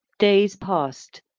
days passed.